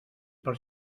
per